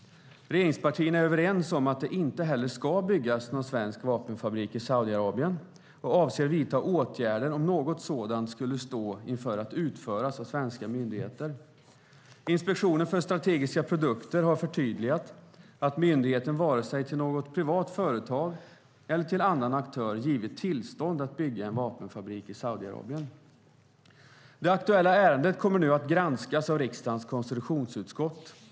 Regeringspartierna är överens om att det inte heller ska byggas någon svensk vapenfabrik i Saudiarabien och avser att vidta åtgärder om något sådant skulle stå inför att utföras av svenska myndigheter. Inspektionen för strategiska produkter har förtydligat att myndigheten inte vare sig till något privat företag eller till annan aktör har givit tillstånd att bygga en vapenfabrik i Saudiarabien. Det aktuella ärendet kommer nu att granskas av riksdagens konstitutionsutskott.